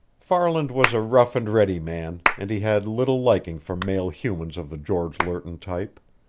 farland was a rough and ready man, and he had little liking for male humans of the george lerton type.